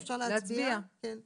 אפשר להצביע, כן.